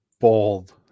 Bold